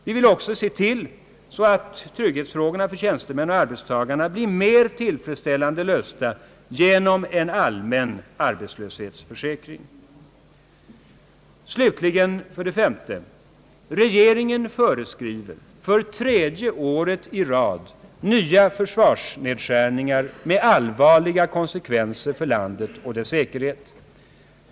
Vi vill även se till att trygghetsfrågorna för tjänstemännen och arbetarna blir mer tillfredsställande lösta genom en allmän arbetslöshetsförsäkring. 5) Regeringen föreskriver slutligen för tredje året i rad nya försvarsnedskärningar med allvarliga konsekvenser för landet och dess säkerhet.